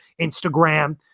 Instagram